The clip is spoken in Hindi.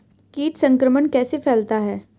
कीट संक्रमण कैसे फैलता है?